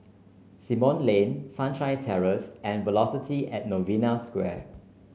Simon Lane Sunshine Terrace and Velocity At Novena Square